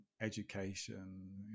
education